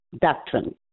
doctrine